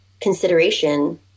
consideration